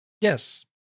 Yes